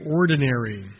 ordinary